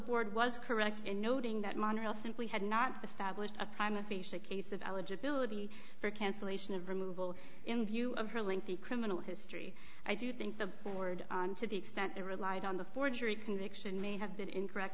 board was correct in noting that monorail simply had not the stablished a prime aphasia case of eligibility for cancellation of removal in view of her lengthy criminal history i do think the board on to the extent that relied on the forgery conviction may have been incorrect